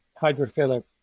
hydrophilic